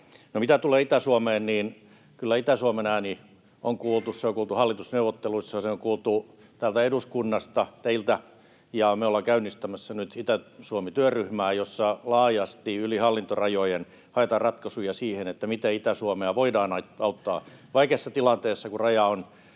mitä tulee Itä-Suomeen, niin kyllä Itä-Suomen ääni on kuultu. Se on kuultu hallitusneuvotteluissa, ja se on kuultu täältä eduskunnasta, teiltä, ja me olemme käynnistämässä nyt Itä-Suomi-työryhmää, jossa laajasti yli hallintorajojen haetaan ratkaisuja siihen, miten Itä-Suomea voidaan auttaa vaikeassa tilanteessa, kun raja on